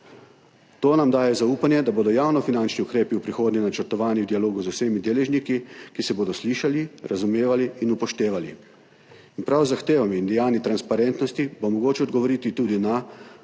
To nam daje zaupanje, da bodo javnofinančni ukrepi v prihodnje načrtovani v dialogu z vsemi deležniki, ki se bodo slišali, razumevali in upoštevali. In prav z zahtevami in dejanji transparentnosti bo mogoče odgovoriti tudi na